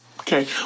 Okay